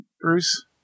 Bruce